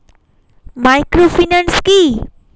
Microfinance কি?